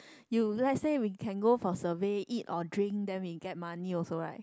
you let's say we can go for survey eat or drink then we get money also right